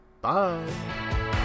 Bye